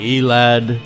Elad